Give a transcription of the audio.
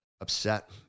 upset